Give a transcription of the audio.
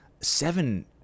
seven